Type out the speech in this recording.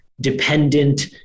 dependent